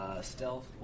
Stealth